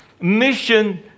mission